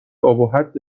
ابهت